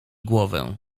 głowę